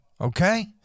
okay